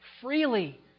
freely